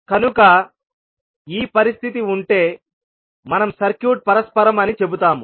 కనుక ఈ పరిస్థితి ఉంటే మనం సర్క్యూట్ పరస్పరం అని చెబుతాము